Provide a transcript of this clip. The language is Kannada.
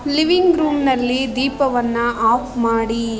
ಲಿವಿಂಗ್ ರೂಮ್ನಲ್ಲಿ ದೀಪವನ್ನು ಆಫ್ ಮಾಡಿ